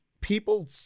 People